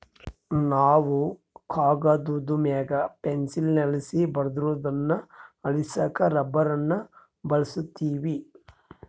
ನಾವು ಕಾಗದುದ್ ಮ್ಯಾಗ ಪೆನ್ಸಿಲ್ಲಾಸಿ ಬರ್ದಿರೋದ್ನ ಅಳಿಸಾಕ ರಬ್ಬರ್ನ ಬಳುಸ್ತೀವಿ